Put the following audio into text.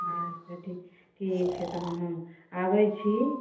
अच्छा ठीक छै तहन हम आबैत छी